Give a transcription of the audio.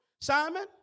Simon